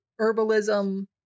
herbalism